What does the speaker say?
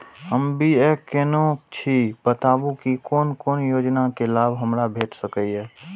हम बी.ए केनै छी बताबु की कोन कोन योजना के लाभ हमरा भेट सकै ये?